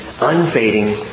unfading